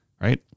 Right